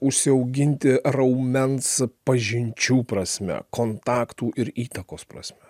užsiauginti raumens pažinčių prasme kontaktų ir įtakos prasme